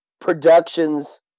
productions